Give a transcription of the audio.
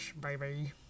baby